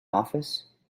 office